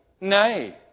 nay